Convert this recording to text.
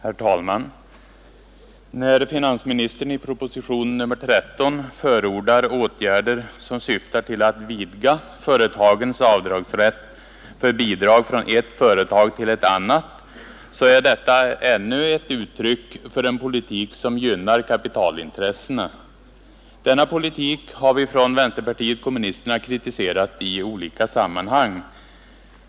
Herr talman! När finansministern i propositionen 13 förordar åtgärder som syftar till att vidga företagens avdragsrätt för bidrag från ett företag till ett annat, så är detta ännu ett uttryck för en politik som gynnar kapitalintressena. Denna politik har vi från vänsterpartiet kommunisterna kritiserat i olika sammanhang.